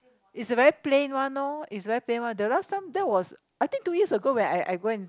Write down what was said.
it's a very plain one loh it's very plain one the last time that was I think two years when I I go and